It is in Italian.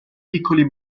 piccoli